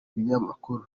ibinyamakuru